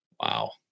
Wow